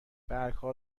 برگها